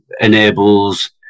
enables